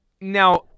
now